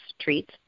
treats